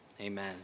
Amen